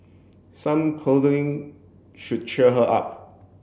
some cuddling should cheer her up